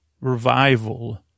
revival